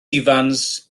ifans